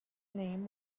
name